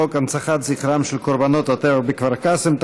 הצעת חוק הנצחת זכרם של קורבנות הטבח בכפר קאסם,